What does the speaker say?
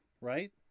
Right